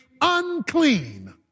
unclean